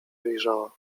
wyjrzała